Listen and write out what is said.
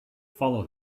follow